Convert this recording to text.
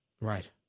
Right